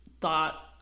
thought